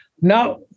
Now